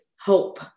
hope